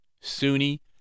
Sunni